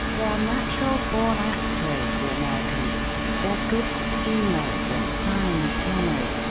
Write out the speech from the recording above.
they are natural born actors, the americans they are good schemers and fine planners.